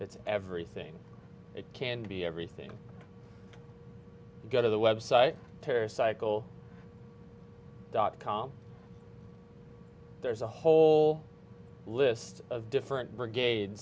it's everything it can be everything go to the website they're cycle dot com there's a whole list of different brigade